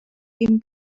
dim